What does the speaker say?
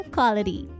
Quality 。